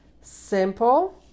simple